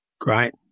Great